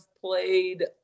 played